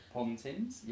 Pontins